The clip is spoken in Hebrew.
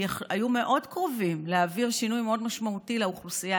שהיו מאוד קרובים להעביר שינוי מאוד משמעותי לאוכלוסייה